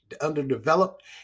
underdeveloped